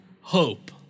hope